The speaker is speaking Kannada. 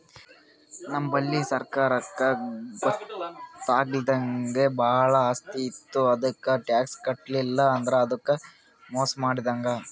ನಮ್ ಬಲ್ಲಿ ಸರ್ಕಾರಕ್ಕ್ ಗೊತ್ತಾಗ್ಲಾರ್ದೆ ಭಾಳ್ ಆಸ್ತಿ ಇತ್ತು ಅದಕ್ಕ್ ಟ್ಯಾಕ್ಸ್ ಕಟ್ಟಲಿಲ್ಲ್ ಅಂದ್ರ ಅದು ಮೋಸ್ ಮಾಡಿದಂಗ್